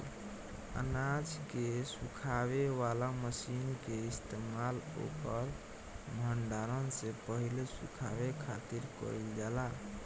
अनाज के सुखावे वाला मशीन के इस्तेमाल ओकर भण्डारण से पहिले सुखावे खातिर कईल जाला